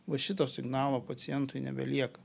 va šito signalo pacientui nebelieka